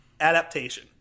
Adaptation